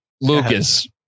Lucas